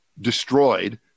destroyed